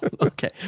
okay